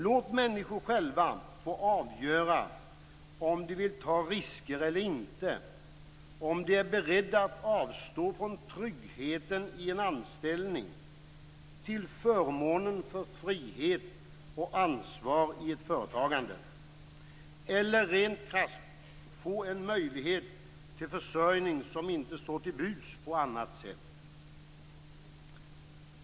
Låt människorna själva få avgöra om de vill ta risker eller inte, om de är beredda att avstå från tryggheten i en anställning till förmån för frihet och ansvar i ett företagande - eller rent krasst få en möjlighet till försörjning som inte står till buds på annat sätt.